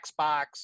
Xbox